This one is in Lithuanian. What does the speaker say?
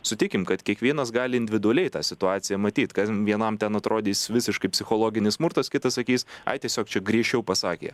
sutikim kad kiekvienas gali individualiai tą situaciją matyt kas vienam ten atrodys visiškai psichologinis smurtas kitas sakys ai tiesiog čia griežčiau pasakė